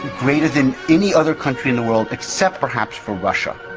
greater than any other country in the world, except perhaps for russia.